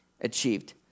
achieved